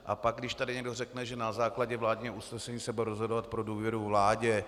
A pak, když tady někdo řekne, že na základě vládního usnesení se bude rozhodovat pro důvěru vládě.